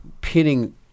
pinning